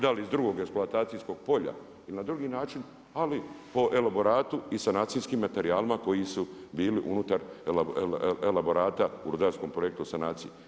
Da li iz drugog eksploatacijskog polja ili na drugi način, ali po elaboratu i sanacijskim materijalima koji su bili unutar elaborata u rudarskom projektu o sanaciji.